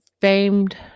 famed